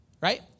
right